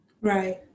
Right